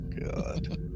God